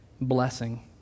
Blessing